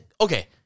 okay